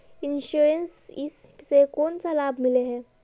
Insurance इस से कोन सा लाभ मिले है?